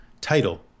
title